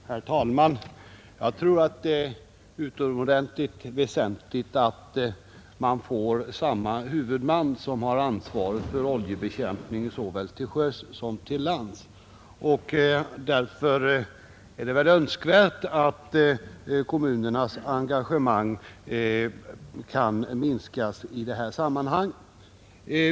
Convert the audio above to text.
Herr talman! Jag tror det är utomordentligt väsentligt att man får samma huvudman som har ansvaret för oljebekämpningen såväl till sjöss som till lands, och därför är det väl önskvärt att kommunernas engagemang kan minskas i det här sammanhanget.